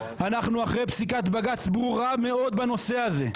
אנחנו אחרי פסיקת בג"ץ ברורה מאוד בנושא הזה.